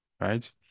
right